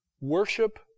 Worship